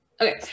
okay